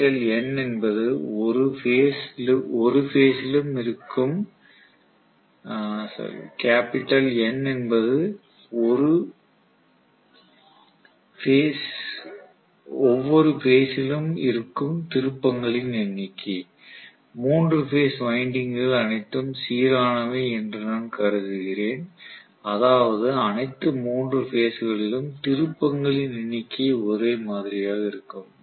N என்பது எந்த ஒரு பேஸ் சிலும் இருக்கும் திருப்பங்களின் எண்ணிக்கை 3 பேஸ் வைண்டிங்க்குகள் அனைத்தும் சீரானவை என்று நான் கருதுகிறேன் அதாவது அனைத்து 3 பேஸ் களிலும் திருப்பங்களின் எண்ணிக்கை ஒரே மாதிரியாக இருக்கும்